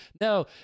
no